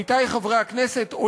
עמיתי חברי הכנסת,